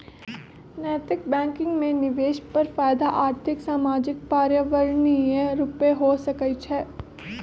नैतिक बैंकिंग में निवेश पर फयदा आर्थिक, सामाजिक, पर्यावरणीय रूपे हो सकइ छै